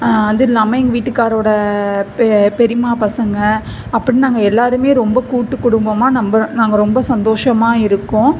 அதுவும் இல்லாமல் எங்கள் வீட்டுக்காரோட பெ பெரியம்மா பசங்கள் அப்பட்னு நாங்கள் எல்லாருமே ரொம்ப கூட்டு குடும்பமாக நம்ம நாங்கள் ரொம்ப சந்தோஷமாக இருக்கோம்